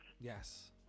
Yes